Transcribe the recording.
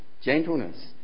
gentleness